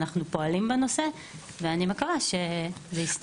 אנחנו פועלים בנושא ואני מקווה שזה יסתיים.